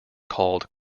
called